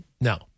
No